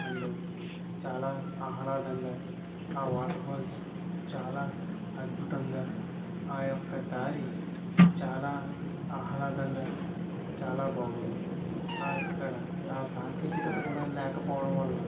and చాలా ఆహ్లాదంగా ఆ వాటర్ఫాల్స్ చాలా అద్భుతంగా ఆ యొక్క దారి చాలా ఆహ్లాదంగా చాలా బాగుంది అక్కడ ఆ సాంకేతికత కూడా లేకపోవడంవల్ల